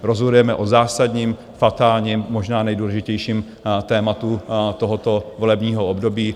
Rozhodujeme o zásadním, fatálním, možná nejdůležitějším tématu tohoto volebního období.